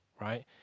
right